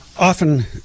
often